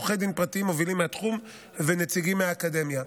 עורכי דין פרטיים מובילים מהתחום ונציגים מהאקדמיה.